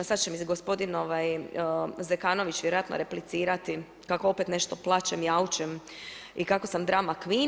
Sad će mi gospodin Zekanović vjerojatno replicirati kako opet nešto plačem, jaučem i kako sam drama queen.